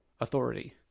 authority